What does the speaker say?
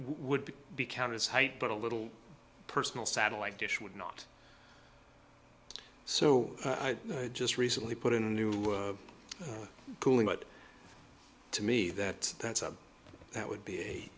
would be counted as height but a little personal satellite dish would not so i've just recently put in a new cooling but to me that that's a that would be a